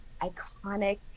iconic